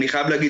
אני חייב להגיד.